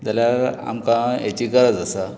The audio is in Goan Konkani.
जाल्यार आमकां हेची गरज आसा